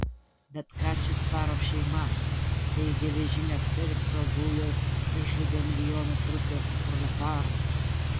bet ką čia caro šeima kai geležinio felikso gaujos išžudė milijonus rusijos proletarų